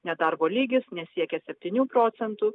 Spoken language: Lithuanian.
nedarbo lygis nesiekia septynių procentų